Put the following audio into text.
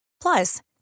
Plus